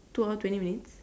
two hour twenty minutes